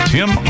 Tim